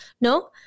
no